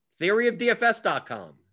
theoryofdfs.com